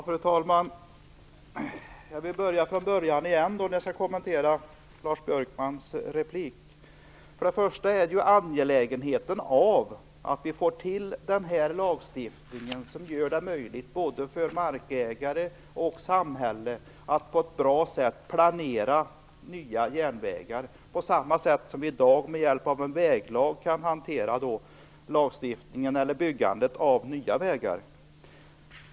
Fru talman! Låt mig när jag skall kommentera Lars Björkmans replik börja från början igen. Först och främst är det angeläget att vi får till stånd den här lagstiftningen, som ger möjlighet till en god planering både för markägare och för samhället i samband med byggande av nya järnvägar, på samma sätt som vi i dag med hjälp av en väglag kan hantera byggandet av nya vägar.